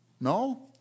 No